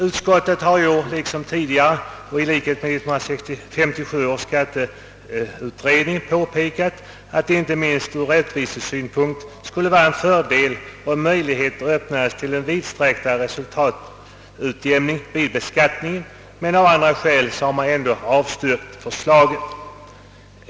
Utskottet har i år liksom tidigare och i likhet med 1957 års skatteutredning påpekat, att det inte minst ur rättvisesynpunkt skulle vara en fördel om möjligheter öppnades till en vidsträcktare resultatutjämning vid beskattning, men av andra skäl har man ändå avstyrkt förslaget.